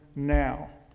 now,